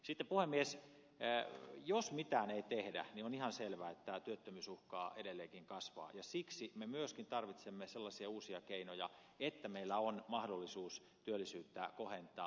sitten puhemies jos mitään ei tehdä on ihan selvää että työttömyys uhkaa edelleenkin kasvaa ja siksi me tarvitsemme myöskin sellaisia uusia keinoja että meillä on mahdollisuus työllisyyttä kohentaa